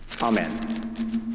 Amen